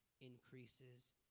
increases